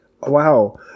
wow